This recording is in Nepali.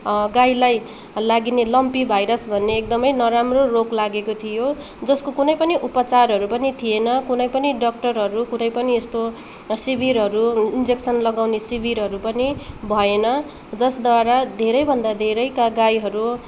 गाईलाई लागिने लम्पी भाइरस भन्ने एकदमै नराम्रो रोग लागेको थियो जसको कुनै पनि उपचारहरू पनि थिएन कुनै पनि डक्टरहरू कुनै पनि यस्तो शिविरहरू इन्जेकसन लगाउने शिविरहरू पनि भएन जसद्वारा धेरैभन्दा धेरैका गाईहरू